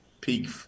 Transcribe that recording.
peak